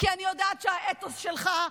כי אני יודעת שהאתוס שלך,